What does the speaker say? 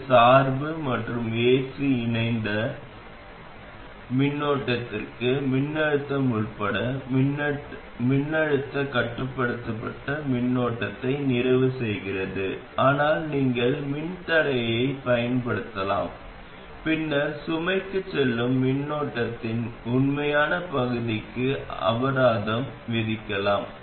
இது சார்பு மற்றும் ac இணைந்த மின்னோட்டத்திற்கு மின்னழுத்தம் உட்பட மின்னழுத்தக் கட்டுப்படுத்தப்பட்ட மின்னோட்டத்தை நிறைவு செய்கிறது ஆனால் நீங்கள் மின்தடையத்தைப் பயன்படுத்தலாம் பின்னர் சுமைக்குச் செல்லும் மின்னோட்டத்தின் உண்மையான பகுதிக்கு அபராதம் விதிக்கலாம்